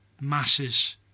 Masses